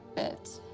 that